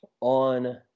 on